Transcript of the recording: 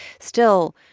still,